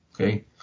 Okay